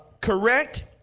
correct